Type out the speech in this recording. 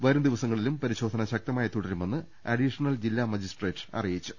വരും ദിവസങ്ങളിലും പരിശോധന ശക്തമായി തുട രുമെന്ന് അഡീഷണൽ ജില്ലാ മജിസ്ട്രേറ്റ് അറിയിച്ചു